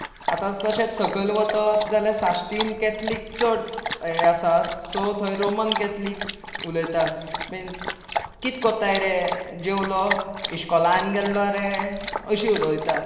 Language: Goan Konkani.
आतां जशें सकयल वतत तर साश्टींत कॅथलीक चड हे आसात सो थंय रोमन कॅथलीक उलयतात मीन्स कितें कोत्ताय रे जेवलो इश्कोलांत गेल्लो रे अशें उलयतात